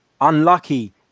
Unlucky